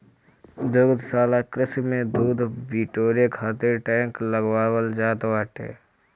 दुग्धशाला कृषि में दूध बिटोरे खातिर टैंक लगावल जात बाटे